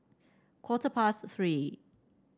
quarter past Three